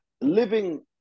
living